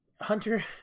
hunter